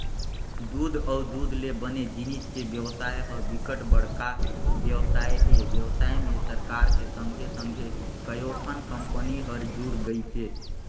दूद अउ दूद ले बने जिनिस के बेवसाय ह बिकट बड़का बेवसाय हे, बेवसाय में सरकार के संघे संघे कयोठन कंपनी हर जुड़ गइसे